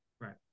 right